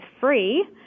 free